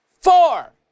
four